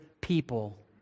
people